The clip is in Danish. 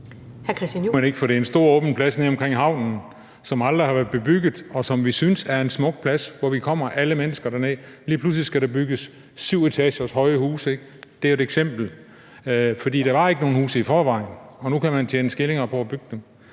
det er en stor åben plads nede omkring havnen, som aldrig har været bebygget, og som vi synes er en smuk plads, hvor alle mennesker kommer. Lige pludselig skal der bygges syvetagers høje huse. Det er jo et eksempel. Der var ikke nogen huse i forvejen, og nu kan man tjene skillinger på at bygge dem.